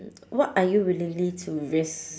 what are you willingly to risk